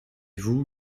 vous